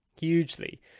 Hugely